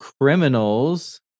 criminals